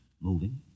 moving